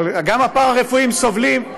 אבל גם הפארה-רפואיים סובלים.